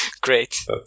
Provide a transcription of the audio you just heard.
Great